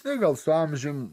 tai gal su amžium